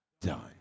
done